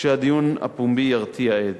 וכשהדיון הפומבי ירתיע עד.